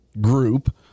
group